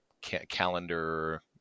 calendar